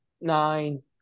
nine